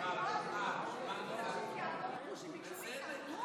זה בדיוק שתי דקות.